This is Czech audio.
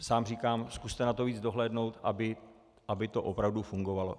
Sám říkám, zkuste na to víc dohlédnout, aby to opravdu fungovalo.